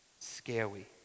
scary